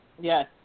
Yes